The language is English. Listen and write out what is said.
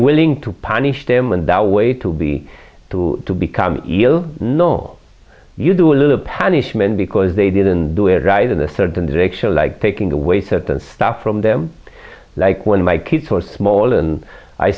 willing to punish them and the way to be to become you know you do a little panish men because they didn't do it right in a certain direction like taking away certain stuff from them like when my kids were small and i